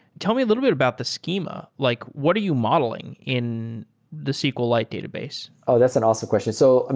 tell me little bit about the schema. like what are you modeling in the sqlite database? oh, that's an awesome question. so i